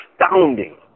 astounding